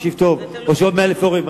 תקשיב טוב, או עוד 100,000 הורים.